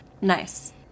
nice